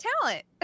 talent